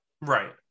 Right